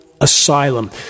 asylum